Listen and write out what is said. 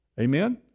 Amen